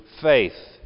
faith